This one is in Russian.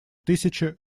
тысячи